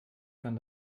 kann